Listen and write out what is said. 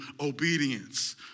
obedience